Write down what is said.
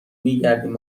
میگردیم